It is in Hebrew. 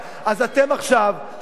אז אתם עכשיו, עדיין,